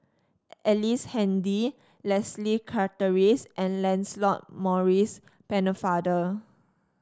Ellice Handy Leslie Charteris and Lancelot Maurice Pennefather